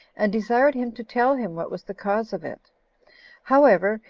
and desired him to tell him what was the cause of it however,